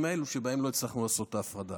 האלו שבהם לא הצלחנו לעשות את ההפרדה.